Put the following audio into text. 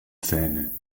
zähne